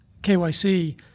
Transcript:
KYC